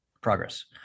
progress